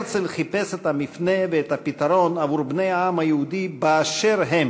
הרצל חיפש את המפנה ואת הפתרון עבור בני העם היהודי באשר הם.